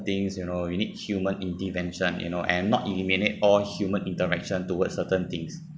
things you know you need human intervention you know and not eliminate all human interaction towards certain things